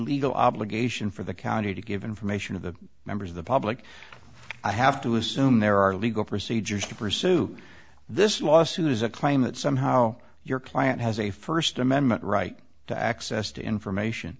legal obligation for the county to give information of the members of the public i have to assume there are legal procedures to pursue this lawsuit is a claim that somehow your client has a first amendment right to access to information